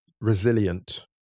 resilient